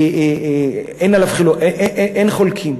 אין עליו חולקים.